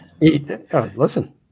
Listen